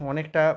অনেকটা